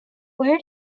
where